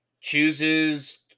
chooses